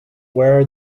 where